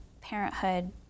parenthood